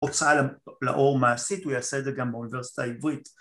‫הוצאה לאור מעשית ‫ועושה את זה גם באוניברסיטה העברית.